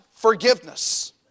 forgiveness